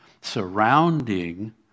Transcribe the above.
surrounding